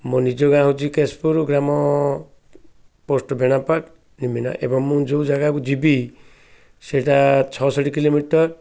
ମୋ ନିଜ ଗାଁ ହେଉଛି କେଶପୁର ଗ୍ରାମ ପୋଷ୍ଟ ବେଣାପାଟ ନିମିନା ଏବଂ ମୁଁ ଯେଉଁ ଜାଗାକୁ ଯିବି ସେଇଟା ଛଅଷଠି କିଲୋମିଟର